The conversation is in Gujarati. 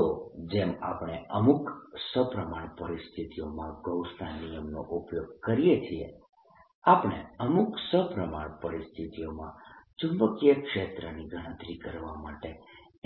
તો જેમ આપણે અમુક સપ્રમાણ પરિસ્થિતિઓમાં ગૌસના નિયમનો ઉપયોગ કરીએ છીએ આપણે અમુક સપ્રમાણ પરિસ્થિતિઓમાં ચુંબકીય ક્ષેત્રની ગણતરી કરવા માટે